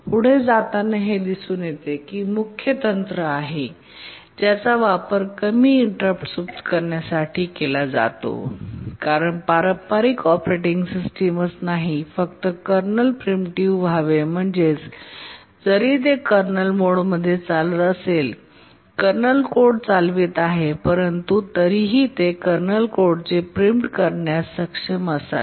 पुढे जाताना हे दिसून येते की हे मुख्य तंत्र आहे ज्याचा वापर कमी इंटरप्ट सुप्त करण्यासाठी केला जातो कारण पारंपारिक ऑपरेटिंग सिस्टमच नाही फक्त कर्नल प्रीप्रेप्टिव्ह व्हावे म्हणजेच जरी ते कर्नल मोडमध्ये चालत असेल कर्नल कोड चालवित आहे परंतु तरीही ते कर्नल कोडचे प्रीमिट करण्यात सक्षम असावे